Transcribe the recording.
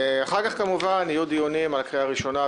אחר כך כמובן יהיו דיונים עניינים בקריאה ראשונה,